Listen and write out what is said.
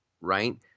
right